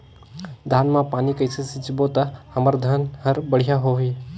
धान मा पानी कइसे सिंचबो ता हमर धन हर बढ़िया होही?